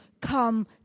come